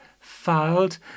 filed